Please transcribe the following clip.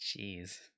Jeez